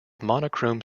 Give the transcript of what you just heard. monochrome